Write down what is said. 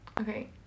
Okay